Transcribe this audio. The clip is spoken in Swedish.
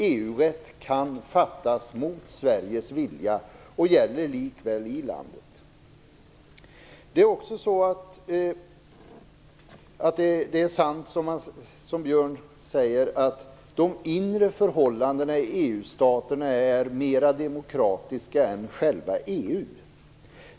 EU-rätt kan beslutas mot Sveriges vilja och gäller likväl i landet. Det är också sant som Björn von Sydow säger, att de inre förhållandena i EU-staterna är mer demokratiska än själva EU.